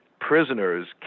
Prisoners